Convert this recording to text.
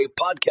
podcast